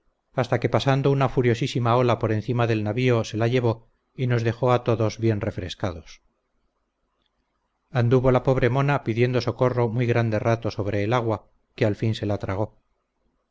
hasta que pasando una furiosísima ola por encima del navío se la llevó y nos dejó a todos bien refrescados anduvo la pobre mona pidiendo socorro muy grande rato sobre el agua que al fin se la tragó